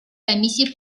комиссии